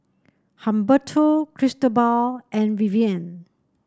Humberto Cristobal and Vivian